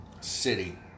City